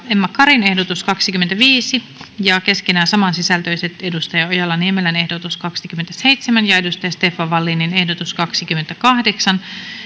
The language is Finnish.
emma karin ehdotus kaksikymmentäviisi ja keskenään samansisältöiset johanna ojala niemelän ehdotus kaksikymmentäseitsemän ja stefan wallinin ehdotus kaksikymmentäkahdeksan